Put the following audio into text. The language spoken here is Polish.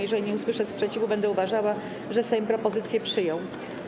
Jeżeli nie usłyszę sprzeciwu, będę uważała, że Sejm propozycję przyjął.